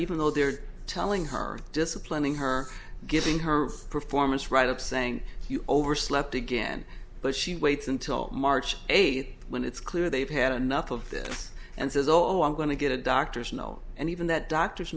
even though they're telling her disciplining her giving her performance right up saying you overslept again but she waits until march eighth when it's clear they've had enough of this and says oh i'm going to get a doctor's no and even that doctor